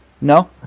No